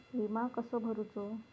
विमा कसो भरूचो?